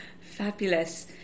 fabulous